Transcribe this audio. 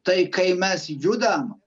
tai kai mes judam